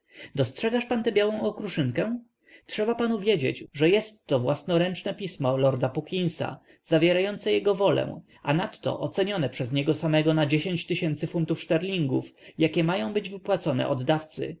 dostrzegasz pan tę białą okruszynkę trzeba panu wiedzieć że jesttojest to własnoręczne pismo lorda puckinsa zawierające jego wolę a nadto ocenione przez niego samego na fun tów szterlingów jakie mają być wypłacone oddawcy